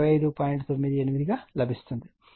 98 గా లభిస్తుంది